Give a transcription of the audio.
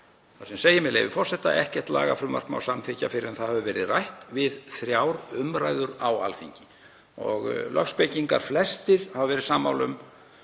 þar sem segir, með leyfi forseta: Ekkert lagafrumvarp má samþykkja fyrr en það hefur verið rætt við þrjár umræður á Alþingi. Lögspekingar flestir hafa verið sammála